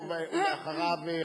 ואחריה,